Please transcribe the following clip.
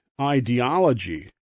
ideology